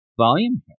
volume